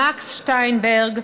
מקס שטיינברג,